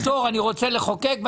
לפני ועדת פטור, אני רוצה לחוקק.